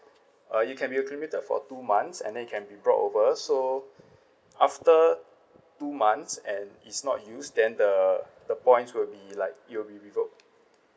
uh it can be accumulated for two months and then it can be brought over so after two months and it's not used then the the points will be like it'll be revoked